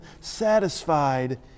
satisfied